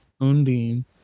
Undine